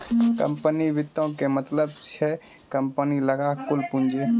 company वित्तो के मतलब छै कम्पनी लगां कुल पूंजी